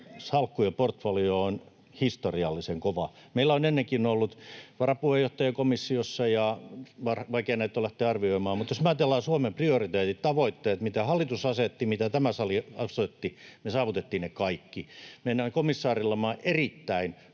salkku ja portfolio on historiallisen kova. Meillä on ennenkin ollut varapuheenjohtaja komissiossa, ja vaikea näitä on lähteä arvioimaan, mutta jos me ajatellaan Suomen prioriteetit, tavoitteet, mitä hallitus asetti, mitä tämä sali asetti, me saavutettiin ne kaikki. Meidän komissaarillamme on erittäin